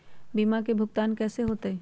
बीमा के भुगतान कैसे होतइ?